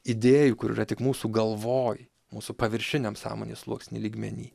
idėjų kur yra tik mūsų galvoj mūsų paviršiniam sąmonės sluoksny lygmeny